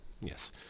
yes